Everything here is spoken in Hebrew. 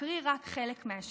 אקרא רק חלק מהשיר: